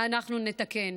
היינו צריכים לעמוד כאן,